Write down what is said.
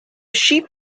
sheep